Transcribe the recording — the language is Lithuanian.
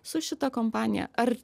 su šita kompanija ar